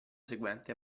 seguente